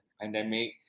pandemic